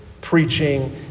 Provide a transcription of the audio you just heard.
Preaching